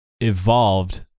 evolved